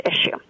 issue